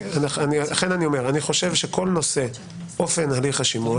לכן אני אומר שאני חושב שכל נושא אופן הליך השימוע,